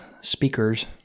speakers